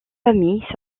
famille